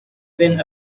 been